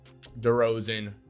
DeRozan